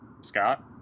Scott